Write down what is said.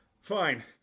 Fine